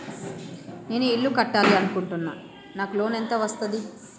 నేను ఇల్లు కట్టాలి అనుకుంటున్నా? నాకు లోన్ ఎంత వస్తది?